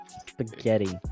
Spaghetti